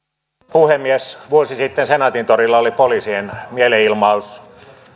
puhemies vuosi sitten senaatintorilla oli poliisien mielenilmaus